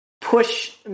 push